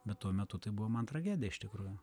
bet tuo metu tai buvo man tragedija iš tikrųjų